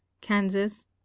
Kansas